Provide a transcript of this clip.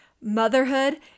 motherhood